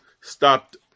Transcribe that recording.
stopped